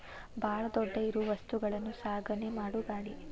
ಬಾಳ ದೊಡ್ಡ ಇರು ವಸ್ತುಗಳನ್ನು ಸಾಗಣೆ ಮಾಡು ಗಾಡಿ